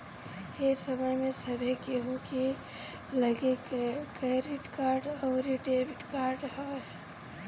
ए समय में सभे केहू के लगे क्रेडिट कार्ड अउरी डेबिट कार्ड होत बाटे